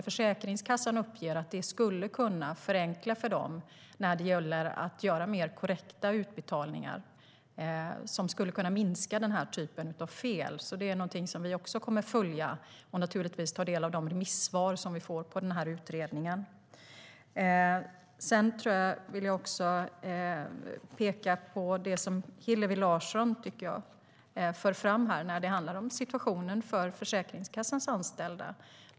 Försäkringskassan uppger att det skulle förenkla för dem så att de kunde göra mer korrekta utbetalningar och minska den här typen av fel. Det kommer vi att följa, och naturligtvis kommer vi att ta del av de remissvar som vi får på utredningen. Jag vill peka på det som Hillevi Larsson för fram om situationen för Försäkringskassans anställda.